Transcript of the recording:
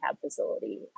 facility